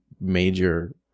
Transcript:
major